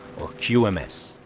qms.